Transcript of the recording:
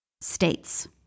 states